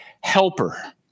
helper